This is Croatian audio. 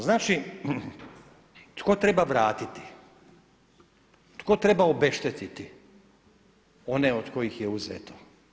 Znači, tko treba vratiti, tko treba obeštetiti one od kojih je uzeto?